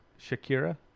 Shakira